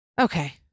Okay